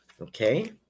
Okay